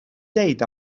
dweud